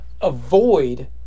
avoid